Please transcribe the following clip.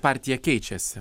partija keičiasi